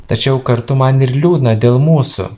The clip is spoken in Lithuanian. tačiau kartu man ir liūdna dėl mūsų